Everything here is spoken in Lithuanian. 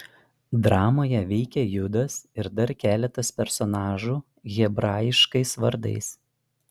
dramoje veikia judas ir dar keletas personažų hebraiškais vardais